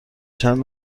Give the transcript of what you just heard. چند